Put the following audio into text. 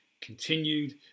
continued